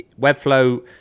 Webflow